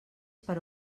per